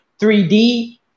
3D